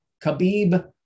Khabib